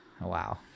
Wow